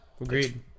Agreed